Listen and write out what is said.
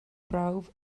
brawf